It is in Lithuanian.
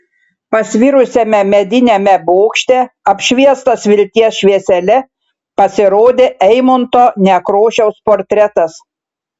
pasvirusiame mediniame bokšte apšviestas vilties šviesele pasirodė eimunto nekrošiaus portretas